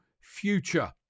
future